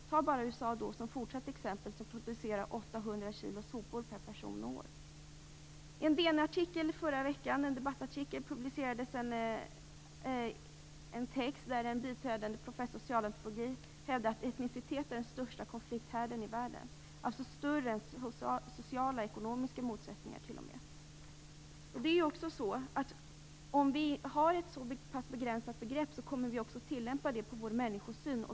USA producerar t.ex. 800 I en debattartikel i DN förra veckan publicerades en text där en biträdande professor i socialantropologi hävdade att etnicitet utgör den största konflikthärden i världen. Den är alltså t.o.m. större än sociala och ekonomiska motsättningar. Om vi har ett så här begränsat begrepp kommer vi också att tillämpa det på vår människosyn.